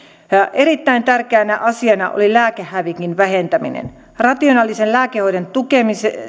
erittäin tärkeänä asiana oli lääkehävikin vähentäminen rationaalisen lääkehoidon tukemisen